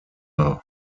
who